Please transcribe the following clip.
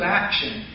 action